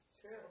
True